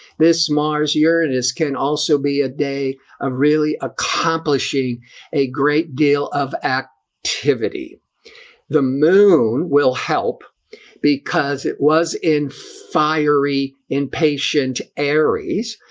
this mars uranus can also be a day of really accomplishing a great deal of activity. the moon will help because it was. in fiery impatient aries,